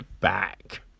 back